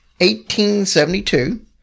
1872